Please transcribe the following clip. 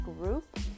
group